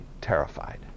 terrified